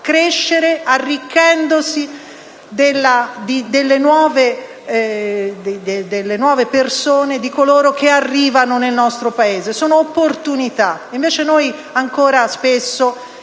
crescere arricchendosi delle nuove persone, di coloro che arrivano nel nostro Paese. Sono opportunità, mentre noi, in questa